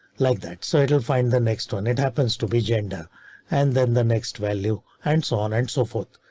love that so it will find the next one. it happens to be gender and then the next value and so on and so forth.